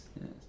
Yes